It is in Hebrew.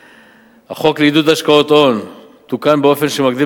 החוק לעידוד השקעות הון תוקן באופן שמגדיל